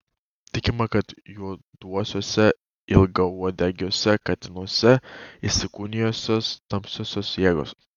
tikima kad juoduosiuose ilgauodegiuose katinuose įsikūnijusios tamsiosios jėgos